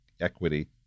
equity